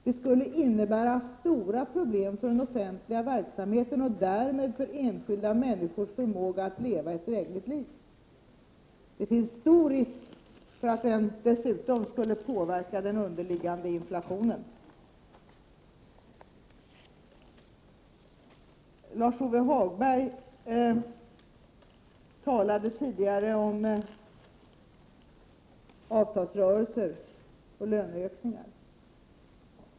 Det skulle innebära stora problem för den offentliga verksamheten och därmed för enskilda människors möjlighet att leva ett drägligt liv. Det är stor risk för att den dessutom skulle påverka den underliggande inflationen. Lars-Ove Hagberg talade tidigare om avtalsrörelser och löneökningar.